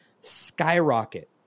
skyrocket